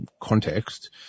context